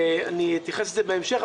אני אתייחס לזה בהמשך.